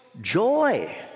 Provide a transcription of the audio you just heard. joy